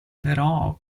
però